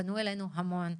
פנו אלינו המון.